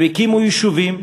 הם הקימו יישובים,